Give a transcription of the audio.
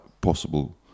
possible